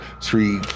three